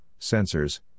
sensors